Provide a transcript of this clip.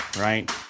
Right